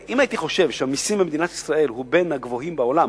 אם הייתי חושב שמס הכנסה במדינת ישראל הוא בין הגבוהים בעולם,